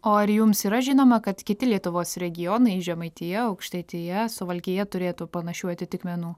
o ar jums yra žinoma kad kiti lietuvos regionai žemaitija aukštaitija suvalkija turėtų panašių atitikmenų